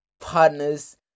partners